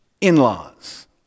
In-laws